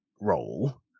role